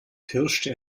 pirschte